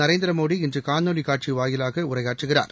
நரேந்திரமோடி இன்று காணொலி காட்சி மூலம் உரையாற்றுகிறார்